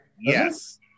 Yes